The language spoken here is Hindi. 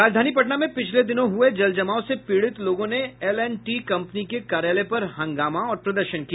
राजधानी पटना में पिछले दिनों हुए जल जमाव से पीड़ित लोगों ने एल एंड टी कंपनी के कार्यालय पर हंगामा और प्रदर्शन किया